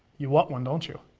you want one, don't you?